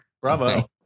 Bravo